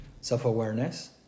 self-awareness